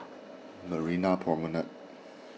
Marina Promenade